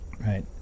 Right